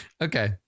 Okay